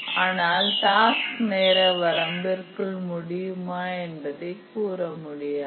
ஆனால் டாஸ்க் நேர வரம்பிற்குள் முடியுமா என்பதை கூறமுடியாது